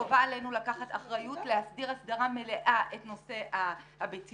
חובה עלינו לקחת אחריות ולהסדיר הסדרה מלאה את נושא הביציות,